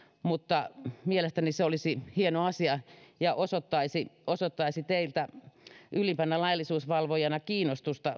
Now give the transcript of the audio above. mutta mielestäni se olisi hieno asia ja osoittaisi osoittaisi teiltä ylimpänä laillisuusvalvojana kiinnostusta